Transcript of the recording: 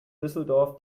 düsseldorf